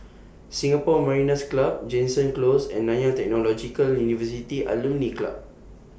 Singapore Mariners' Club Jansen Close and Nanyang Technological University Alumni Club